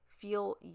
feel